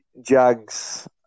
Jags